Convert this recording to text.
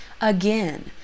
Again